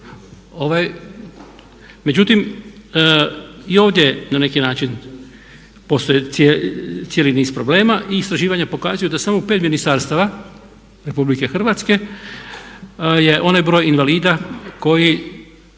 Međutim i ovdje na neki način postoji cijeli niz problema i istraživanja pokazuju da samo u 5 ministarstava Republike Hrvatske je onaj broj invalida koji